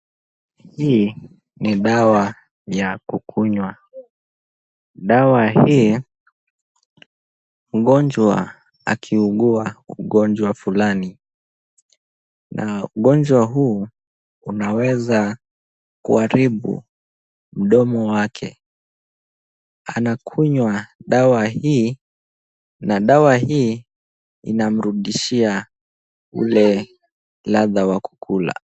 Hii ni dawa ya kukunywa. Dawa hii mgonjwa akiugua ugonjwa fulani na ugonjwa huu unaweza kuharibu mdomo wake. Anakunywa dawa hii, na dawa hii inamrudishia ile ladha ya kula.